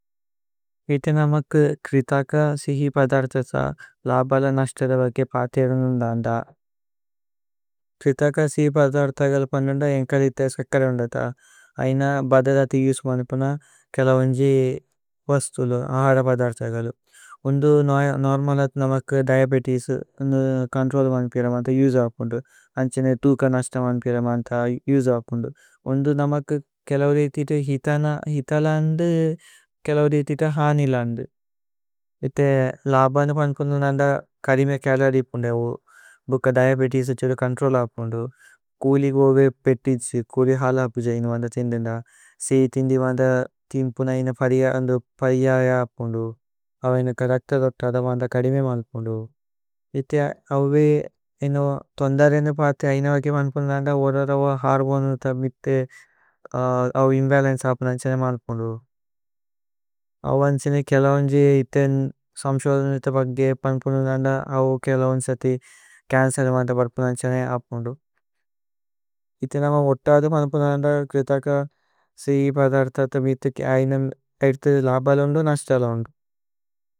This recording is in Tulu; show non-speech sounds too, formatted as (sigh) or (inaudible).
ഇതി നമക് ക്രിഥക സിഹി പദര്ഥ സ ലബല നശ്തദ। വഗേ പാതേ അദുനുന്ദന്ദ ക്രിഥക സിഹി പദര്ഥ ഗല്। പന്ദുന്ദ ഏന്കലി ഥേ സക്കര ഉന്ദന്ദ ഐന ബദലഥു। യുസ്മനുപന കേലവന്ജി വസ്തുലു അഹര പദര്ഥ ഗലു। ഉന്ദു നോര്മലഥ് നമക് ദിഅബേതേസു കോന്ത്രോല് വന്പിരമന്ത। യുസവപുന്ദു അന്ഛേ നേ ദുക നശ്ത വന്പിരമന്ത। യുസവപുന്ദു ഉന്ദു നമക് (hesitation) കേലൌ ദേഇഥിത। (hesitation) ഹിതലന്ദു കേലൌ ദേഇഥിത ഹാനിലന്ദു। ഇതി ലബന വന്പുന്ദു നന്ദ കദിമേ കലദി പുന്ദേവു। ദുക ദിഅബേതേസു ഛുദു കോന്ത്രോല് അപ്പുന്ദു കുലി ഗോവേ। പേതിജു കുലി ഹലപുജ ഇനോ വന്ദ തിന്ദന്ദ സീതിന്ദി। വന്ദ തിന്പുന ഇന പരിജലയ അപ്പുന്ദു അവ ഇന കരക്ത। ദോതദ മന്ദ കദിമേ മന്പുന്ദു ഇതി (hesitation) അവ। ഇനോ ഥോന്ദരേന്ദു പര്ഥി ഐന ബഗി മന്പുന്ദു നന്ദ ഓരര। അവ ഹര്ബോനു തബിഥു അവ ഇമ്ബലന്ചേ അപ്പുന്ദന്ഛേ। (hesitation) ന മന്പുന്ദു അവ അന്ഛേ നേ കേലൌഅന്ജി। ഇതേന് സമ്ശോദനിത ബഗ്ഗേ പന്പുന്ദു നന്ദ അവ കേലൌഅന്ജി। സഥി ചന്ചേല്ലമന്ത പദ്പുന്ദന്ഛേ ന അപ്പുന്ദു ഇതി। നമ ഓത്താദു മന്പുന്ദു നന്ദ ക്രിഥക സ്രി പദര്ഥ। തബിഥു ഐത ലബല ഉന്ദു നശ്തല ഉന്ദു।